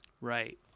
Right